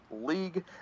league